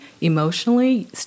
emotionally